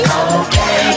okay